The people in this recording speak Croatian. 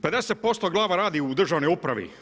50% glava radi u državnoj upravi.